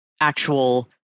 actual